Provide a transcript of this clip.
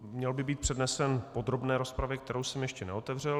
Měl by být přednesen v podrobné rozpravě, kterou jsem ještě neotevřel.